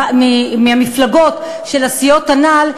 מהמפלגות של הסיעות הנ"ל,